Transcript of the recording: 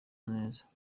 neza